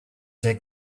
take